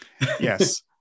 Yes